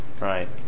right